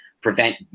prevent